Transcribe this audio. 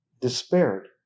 despaired